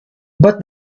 but